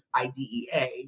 IDEA